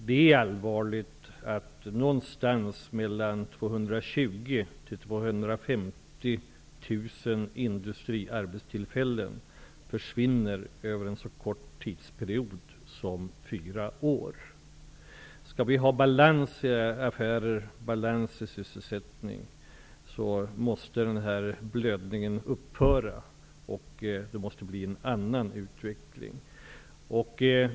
Det är allvarligt att mellan 220 000 och 250 000 industriarbetstillfällen försvinner över en så kort tidsperiod som fyra år. Skall vi ha balans i affärerna och balans i sysselsättningen, måste den blödningen upphöra, och det måste bli en annan utveckling.